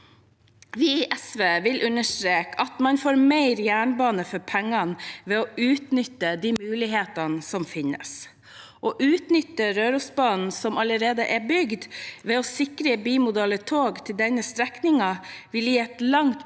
Vi i SV vil understreke at man får mer jernbane for pengene ved å utnytte de mulighetene som finnes. Å utnytte Rørosbanen, som allerede er bygd, ved å sikre bimodale tog til denne strekningen vil gi et langt